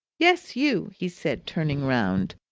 yes, you, he said, turning round.